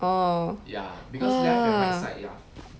oh !wah!